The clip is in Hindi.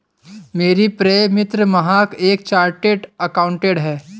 मेरी प्रिय मित्र महक एक चार्टर्ड अकाउंटेंट है